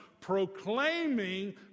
proclaiming